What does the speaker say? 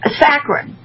saccharin